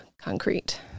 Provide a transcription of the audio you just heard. concrete